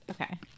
Okay